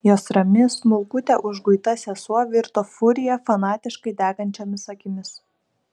jos rami smulkutė užguita sesuo virto furija fanatiškai degančiomis akimis